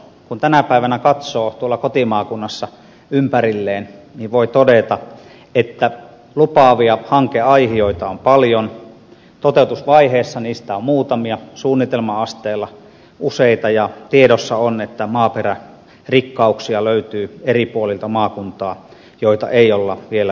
kun tänä päivänä katsoo tuolla kotimaakunnassa ympärilleen niin voi todeta että lupaavia hankeaihioita on paljon toteutusvaiheessa niistä on muutamia suunnitelma asteella useita ja tiedossa on että eri puolilta maakuntaa löytyy maaperärikkauksia joita ei ole vielä hyödynnetty